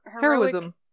heroism